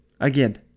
again